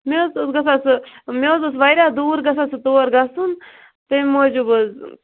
مےٚ حظ اوس گَژھان سُہ مےٚ حظ اوس واریاہ دوٗر گَژھان سُہ تور گَژھُن تمہ موٗجوب حظ